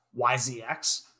YZX